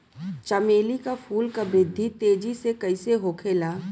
चमेली क फूल क वृद्धि तेजी से कईसे होखेला?